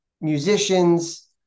musicians